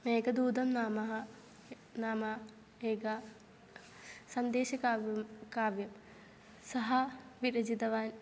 मेघदूतं नाम्नः नाम्नः एकं सन्देशकाव्यं काव्यं सः विरचितवान्